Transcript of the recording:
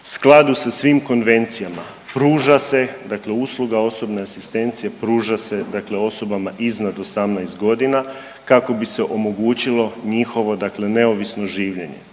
skladu sa svim konvencijama pruža se, dakle usluga osobne asistencije pruža se dakle osobama iznad 18 godina kako bi se omogućilo njihovo, dakle neovisno življenje.